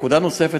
נקודה נוספת,